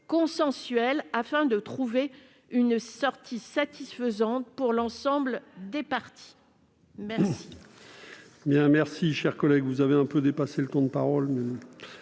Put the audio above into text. consensuelles afin de trouver une sortie satisfaisante pour l'ensemble des parties.